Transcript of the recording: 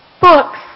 Books